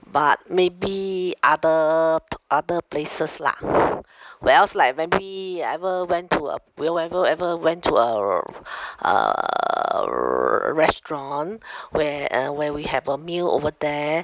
but maybe other other places lah where else like maybe ever went to uh will ever ever went to a r~ uh r~ restaurant where uh where we have a meal over there